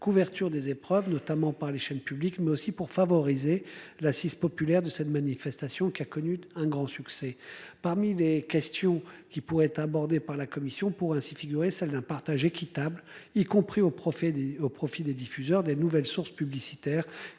couverture des épreuves notamment par les chaînes publiques, mais aussi pour favoriser l'assise populaire de cette manifestation qui a connu un grand succès. Parmi les questions qui pourraient être abordée par la commission pour ainsi figurer, celle d'un partage équitable, y compris au profit des au profit des diffuseurs des nouvelles sources publicitaire